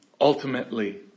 Ultimately